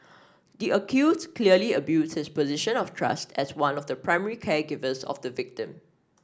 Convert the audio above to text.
the accused clearly abused his position of trust as one of the primary caregivers of the victim